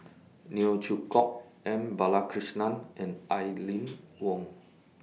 Neo Chwee Kok M Balakrishnan and Aline Wong